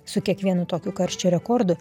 su kiekvienu tokiu karščio rekordu